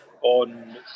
on